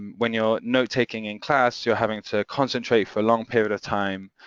when you're notetaking in class, you're having to concentrate for a long period of time.